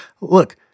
Look